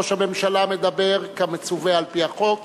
ראש הממשלה מדבר כמצווה על-פי החוק.